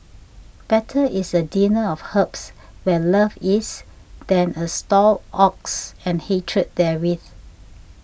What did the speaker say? better is a dinner of herbs where love is than a stalled ox and hatred therewith